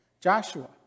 Joshua